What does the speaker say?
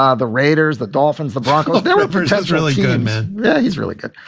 ah the raiders. the dolphins. the broncos. dan rivers has really good, man. yeah, he's really good.